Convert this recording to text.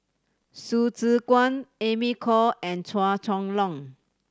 Hsu Tse Kwang Amy Khor and Chua Chong Long